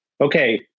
Okay